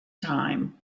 time